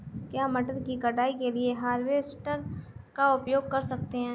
क्या मटर की कटाई के लिए हार्वेस्टर का उपयोग कर सकते हैं?